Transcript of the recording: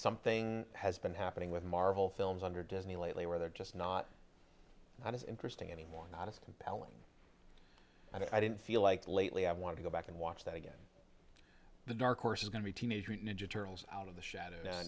something has been happening with marvel films under disney lately where they're just not as interesting anymore not as compelling and i didn't feel like lately i want to go back and watch that again the dark horse is going to teenage mutant ninja turtles out of the shadows now